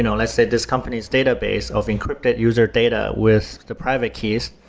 and let's say this company's database of encrypted user data with the private keys.